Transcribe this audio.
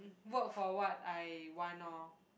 work for what I want lor